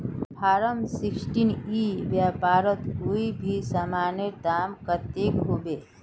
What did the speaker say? Form sixteen ई व्यापारोत कोई भी सामानेर दाम कतेक होबे?